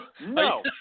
no